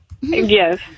Yes